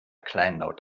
kleinlaut